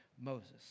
Moses